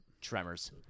Tremors